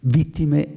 vittime